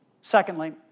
Secondly